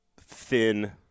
thin